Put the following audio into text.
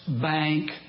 bank